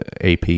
AP